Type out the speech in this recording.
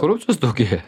korupcijos daugėja